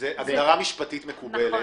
זו הגדרה משפטית מקובלת.